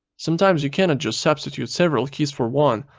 sometimes you cannot just substitute several keys for one.